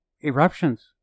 eruptions